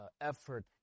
effort